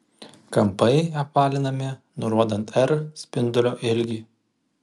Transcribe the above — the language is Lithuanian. kampai apvalinami nurodant r spindulio ilgį